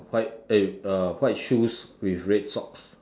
white eh uh white shoes with red socks